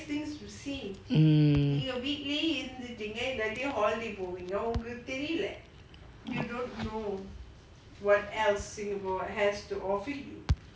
mm